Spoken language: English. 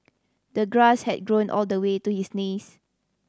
the grass had grown all the way to his knees